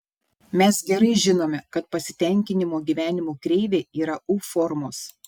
mes gerai žinome kad pasitenkinimo gyvenimu kreivė yra u formos